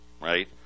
right